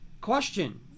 Question